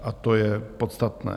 A to je podstatné.